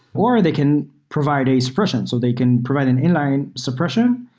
or they can provide a suppression. so they can provide an inline suppression,